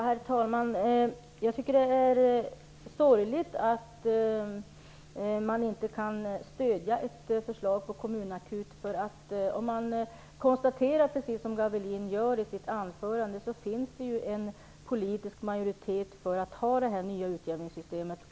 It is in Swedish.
Herr talman! Jag tycker att det är sorgligt att man inte kan stödja ett förslag om kommunakut. Precis som Torsten Gavelin konstaterade i sitt anförande finns det en politisk majoritet för det nya utjämningssystemet.